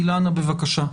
אילנה, בבקשה.